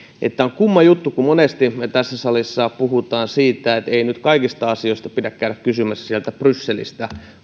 että tämä on kumma juttu kun monesti tässä salissa puhutaan että ei nyt kaikista asioista pidä käydä kysymässä sieltä brysselistä